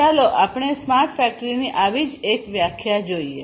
ચાલો આપણે સ્માર્ટ ફેક્ટરીની આવી જ એક વ્યાખ્યા જોઈએ